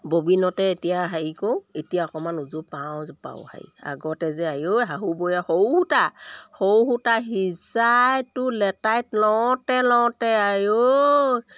ববিনতে এতিয়া হেৰি কৰোঁ এতিয়া অকমান উজো পাওঁ যে পাওঁ হেৰি আগতে যে আইও শাহু বয় সৰু সূতা সৰু সূতা সিজাইতো লেটাইত লওঁতে লওঁতে আইও